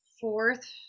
fourth